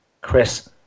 Chris